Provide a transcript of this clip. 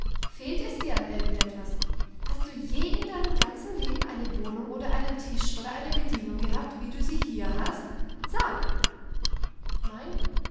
fehlt es dir an irgendetwas hast du je in deinem ganzen leben eine wohnung oder einen tisch oder eine bedienung gehabt wie du hier hast sag nein